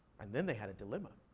and then they had a dilemma.